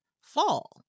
fall